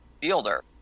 fielder